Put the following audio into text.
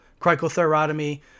cricothyrotomy